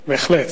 בהחלט.